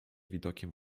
widokiem